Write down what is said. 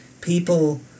people